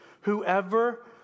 Whoever